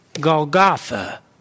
Golgotha